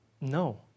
No